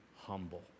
humble